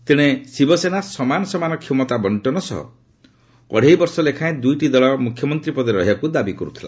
ତେଣେ ଶିବସେନା ସମାନସମାନ କ୍ଷମତା ବଣ୍ଟନ ସହ ଅଡେଇ ବର୍ଷ ଲେଖାଏଁ ଦୁଇଟି ଦଳ ମୁଖ୍ୟମନ୍ତ୍ରୀ ପଦ ରହିବାକୁ ଦାବି କରୁଥିଲା